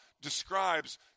describes